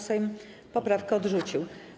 Sejm poprawkę odrzucił.